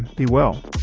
be well